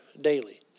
daily